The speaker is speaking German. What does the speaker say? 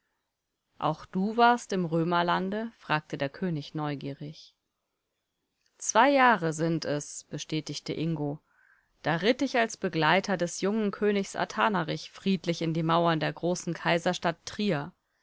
auch du warst im römerlande fragte der könig neugierig zwei jahre sind es bestätigte ingo da ritt ich als begleiter des jungen königs athanarich friedlich in die mauern der großen kaiserstadt trier